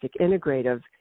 integrative